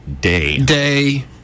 day